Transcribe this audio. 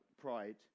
pride